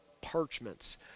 parchments